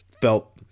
felt